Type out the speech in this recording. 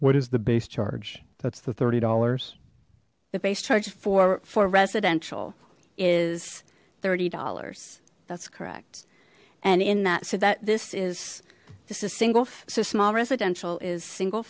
what is the base charge that's the thirty dollars the base charge for four residential is thirty dollars that's correct and in that so that this is this is single so small residential is single